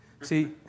See